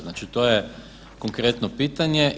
Znači to je konkretno pitanje.